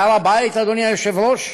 והר הבית, אדוני היושב-ראש,